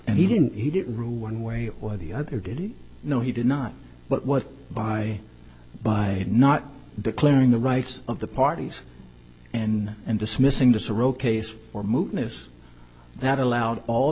and he didn't he didn't rule one way or the other did no he did not but what by by not declaring the rights of the parties and and dismissing this are ok for moving is that allowed all